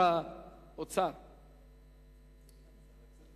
נגד, אין, נמנעים, אין.